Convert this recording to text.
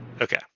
Okay